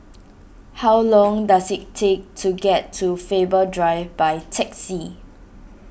how long does it take to get to Faber Drive by taxi